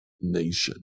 nation